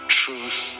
truth